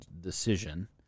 decision